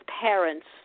parents